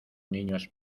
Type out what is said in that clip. niños